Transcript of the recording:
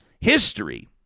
history